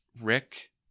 rick